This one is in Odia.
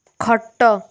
ଖଟ